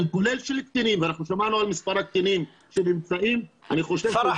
כולל של קטינים ושמענו על מספר הקטינים שנמצאים --- פרח,